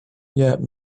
yet